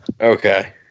okay